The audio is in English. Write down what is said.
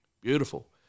beautiful